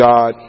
God